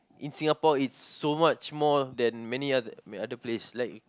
in Singapore it's so much more than many other other place like